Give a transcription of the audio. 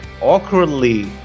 awkwardly